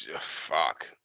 Fuck